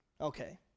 Okay